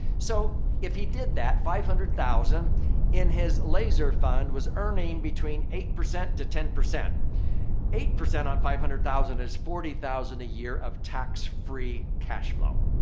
so, if he did that, five hundred thousand in his laser fund was earning between eight percent to ten. eight percent on five hundred thousand is forty thousand a year of tax-free cash flow.